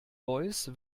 voice